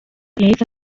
yahise